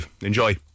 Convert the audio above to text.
Enjoy